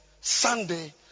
Sunday